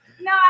no